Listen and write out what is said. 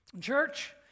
Church